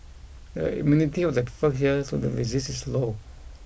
the immunity of the people here to the disease is low